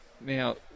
Now